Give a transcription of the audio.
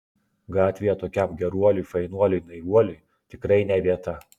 gatvėje tokiam geruoliui fainuoliui naivuoliui tikrai ne vieta